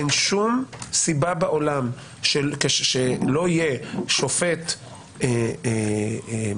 אין שום סיבה בעולם שלא יהיה שופט חיפושים